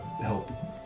help